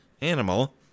animal